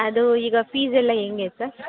ಅದು ಈಗ ಫೀಸೆಲ್ಲ ಹೆಂಗೆ ಸರ್